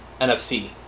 NFC